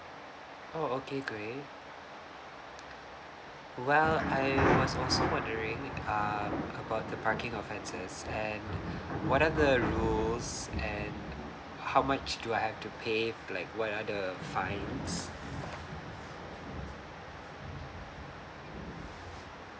oh okay great well I was also wondering uh about the parking offences and what are the rules and how much do I have to pay like what are the fines